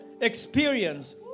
experience